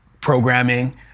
programming